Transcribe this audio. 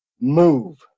move